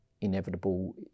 inevitable